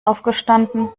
aufgestanden